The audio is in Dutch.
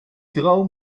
droom